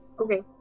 Okay